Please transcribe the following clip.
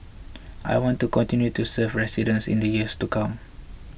I want to continue to serve residents in the years to come